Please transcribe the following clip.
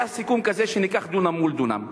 היה סיכום כזה שניקח דונם מול דונם.